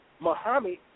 Muhammad